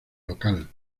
local